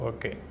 Okay